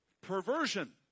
perversion